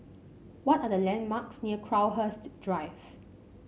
what are the landmarks near Crowhurst Drive